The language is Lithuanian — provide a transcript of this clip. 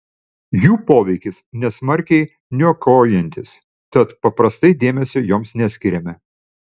jų poveikis nesmarkiai niokojantis tad paprastai dėmesio joms neskiriame